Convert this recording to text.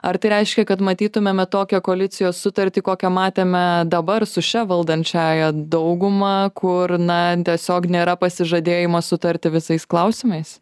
ar tai reiškia kad matytumėme tokią koalicijos sutartį kokią matėme dabar su šia valdančiąja dauguma kur na tiesiog nėra pasižadėjimas sutarti visais klausimais